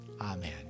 amen